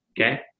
Okay